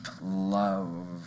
love